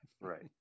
Right